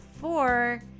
four